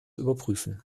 überprüfen